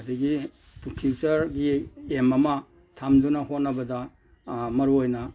ꯑꯗꯒꯤ ꯐꯤꯎꯆꯔꯒꯤ ꯑꯦꯝ ꯑꯃ ꯊꯝꯗꯨꯅ ꯍꯣꯠꯅꯕꯗ ꯃꯔꯨ ꯑꯣꯏꯅ